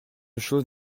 choses